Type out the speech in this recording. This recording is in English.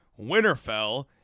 Winterfell